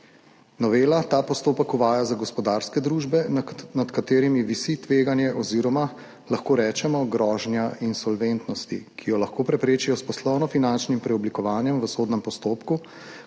Novela ta postopek uvaja za gospodarske družbe, nad katerimi visi tveganje oziroma, lahko rečemo, grožnja insolventnosti, ki jo lahko preprečijo s poslovno-finančnim preoblikovanjem v sodnem postopku,